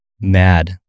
mad